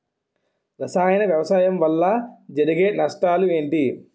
రసాయన వ్యవసాయం వల్ల జరిగే నష్టాలు ఏంటి?